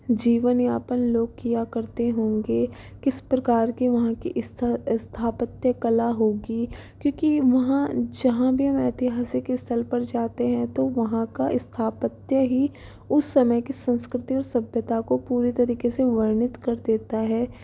जीवन यापन लोग किया करते होंगे किस प्रकार की वहाँ पर स्था स्थापत्य कला होगी क्योंकि वहाँ जहाँ भी हम ऐतिहासिक स्थल जाते हैं तो वहाँ का स्थापत्य ही उस समय की संस्कृति और सभ्यता को पूरी तरीके से वर्णित कर देता है